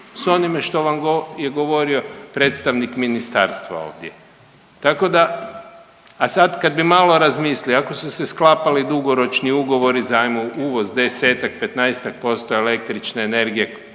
s onime što vam je govorio predstavnik ministarstva ovdje. Tako da, a sad kad bi malo razmislio, ako su se sklapali dugoročni ugovori za ajmo uvoz 10-tak, 15-tak% električne energije